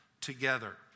together